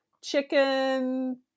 chicken